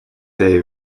dig